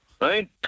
Right